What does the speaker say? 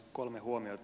kolme huomiota